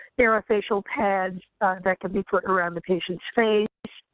there are facial pads that can be put around the patient's face,